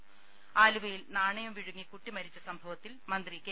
ത ആലുവയിൽ നാണയം വിഴുങ്ങി കുട്ടി മരിച്ച സംഭവത്തിൽ മന്ത്രി കെ